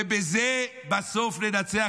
ובזה בסוף ננצח,